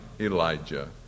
Elijah